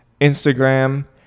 Instagram